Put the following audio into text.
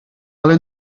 ale